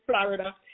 Florida